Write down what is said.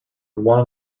one